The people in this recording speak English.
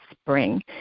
spring